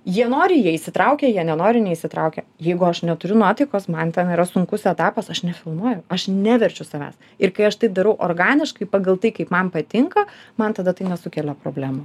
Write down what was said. jie nori jie įsitraukia jie nenori neįsitraukia jeigu aš neturiu nuotaikos man ten yra sunkus etapas aš nefilmuoju aš neverčiu savęs ir kai aš tai darau organiškai pagal tai kaip man patinka man tada tai nesukelia problemų